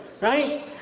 right